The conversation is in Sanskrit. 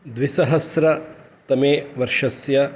द्विसहस्रतमवर्षस्य